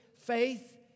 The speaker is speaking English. faith